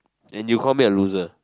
then you call me a loser